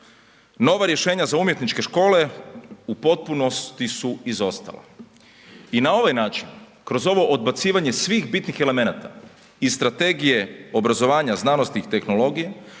Nova rješenja za umjetničke škole u potpunosti su izostala. I na ovaj način, kroz ovo odbacivanje svih bitnih elemenata i strategije obrazovanja, znanosti i tehnologije,